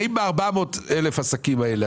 האם 400,000 עסקים האלה,